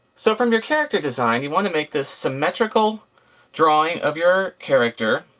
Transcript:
so from your character design, you want to make this symmetrical drawing of your character.